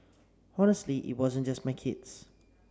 honestly it wasn't just my kids